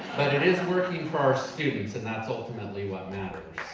but it is working for our students, and that's ultimately what matters.